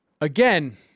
Again